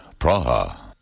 Praha